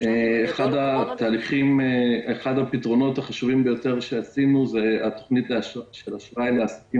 אחד הפתרונות החשובים ביותר שעשינו הוא התוכנית של אשראי לעסקים